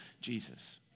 Jesus